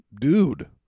dude